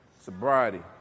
Sobriety